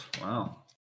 wow